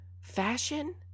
fashion